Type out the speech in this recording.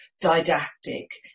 didactic